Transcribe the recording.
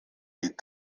des